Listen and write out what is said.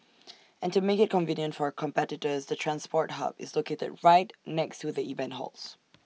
and to make IT convenient for competitors the transport hub is located right next to the event halls